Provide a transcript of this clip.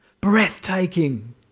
breathtaking